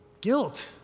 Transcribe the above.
guilt